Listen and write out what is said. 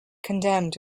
condemned